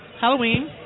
Halloween